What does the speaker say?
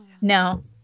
no